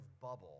bubble